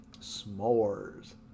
s'mores